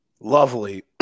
Lovely